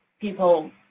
people